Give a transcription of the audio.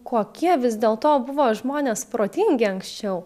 kokie vis dėlto buvo žmonės protingi anksčiau